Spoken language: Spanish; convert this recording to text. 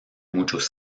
muchos